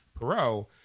Perot